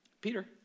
Peter